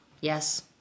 Yes